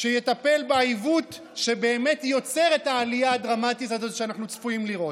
שיטפל בעיוות שבאמת יוצר את העלייה הדרמטית הזאת שאנחנו צפויים לראות.